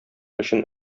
өчен